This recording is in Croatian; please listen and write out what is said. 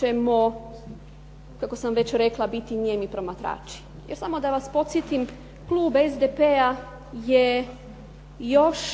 ćemo kako sam već rekla biti nijemi promatrači? Jer samo da vas podsjetim klub SDP-a je još